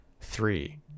three